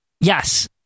Yes